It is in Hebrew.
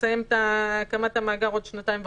נסיים את הקמת המאגר בעוד שנתיים וחצי.